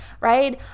right